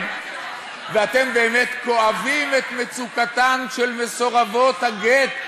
דבריכם ואתם באמת כואבים את מצוקתן של מסורבות הגט,